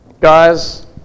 guys